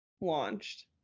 launched